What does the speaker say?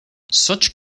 such